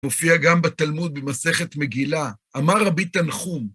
מופיע גם בתלמוד במסכת מגילה, אמר רבי תנחום.